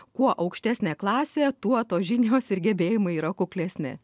kuo aukštesnė klasė tuo tos žinios ir gebėjimai yra kuklesni